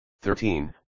thirteen